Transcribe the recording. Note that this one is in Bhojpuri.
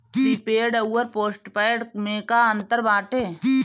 प्रीपेड अउर पोस्टपैड में का अंतर बाटे?